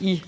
i